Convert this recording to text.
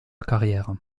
carrière